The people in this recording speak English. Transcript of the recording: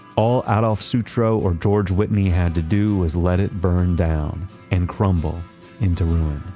all adolf sutro, or george whitney had to do was let it burn down and crumble into ruin